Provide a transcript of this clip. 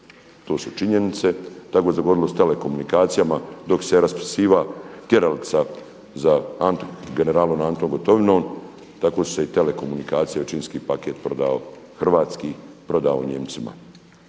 to su činjenice. Tako se dogodilo s telekomunikacijama dok se raspisivala tjeralica za generalom Antom Gotovinom tako su se i Telekomunikacijske većinski paket prodavao, hrvatski prodao Nijemcima.